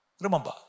Remember